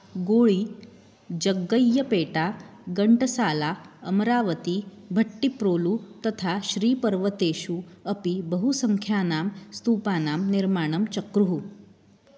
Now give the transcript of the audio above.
गोयी जग्गय्यपेटा गण्टसाला अमरावती भट्टिप्रोलु तथा श्रीपर्वतेषु अपि बहुसङ्ख्यानां स्तूपानां निर्माणं चक्रुः